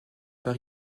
par